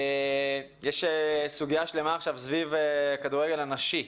יש סוגיה שלמה עכשיו סביב הכדורגל הנשי.